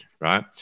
right